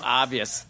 obvious